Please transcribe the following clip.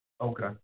Okay